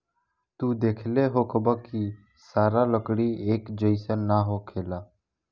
तू देखले होखबऽ की सारा लकड़ी एक जइसन ना होखेला